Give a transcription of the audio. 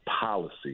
policy